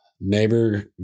neighbor